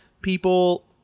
People